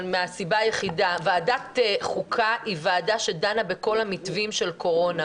אבל מהסיבה שוועדת החוקה היא ועדה שדנה בכל המתווים של קורונה,